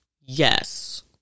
Yes